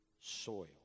soil